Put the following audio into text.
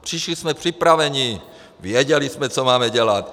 Přišli jsme připraveni, věděli jsme, co máme dělat.